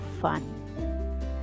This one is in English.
fun